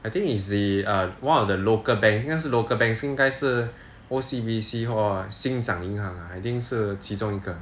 I think is the err one of the local banks 应该是 local banks 应该是 O_C_B_C 或星展银行 I think 是其中一个